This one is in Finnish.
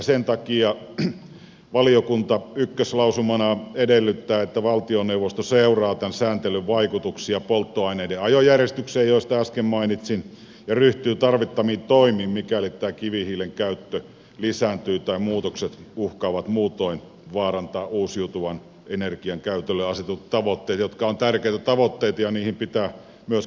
sen takia valiokunta ykköslausumanaan edellyttää että valtioneuvosto seuraa tämän sääntelyn vaikutuksia polttoaineiden ajojärjestykseen josta äsken mainitsin ja ryhtyy tarvittaviin toimiin mikäli tämä kivihiilen käyttö lisääntyy tai muutokset uhkaavat muutoin vaarantaa uusiutuvan energian käytölle asetetut tavoitteet jotka ovat tärkeitä tavoitteita ja joihin pitää myöskin päästä